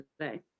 today